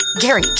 Gary